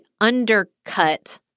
undercut